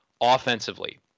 offensively